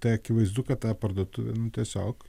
tai akivaizdu kad ta parduotuvė nu tiesiog